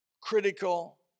critical